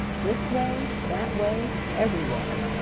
this way, that way, every way,